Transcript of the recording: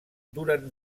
durant